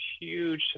huge